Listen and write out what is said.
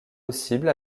possible